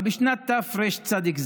אבל בשנת תרצ"ז,